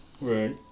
right